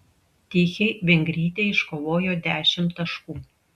tichei vengrytė iškovojo dešimt taškų